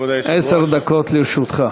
עשר דקות לרשותך.